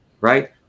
right